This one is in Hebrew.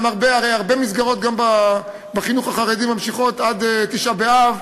גם הרבה מסגרות בחינוך החרדי ממשיכות עד תשעה באב.